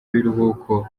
biruhuko